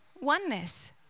oneness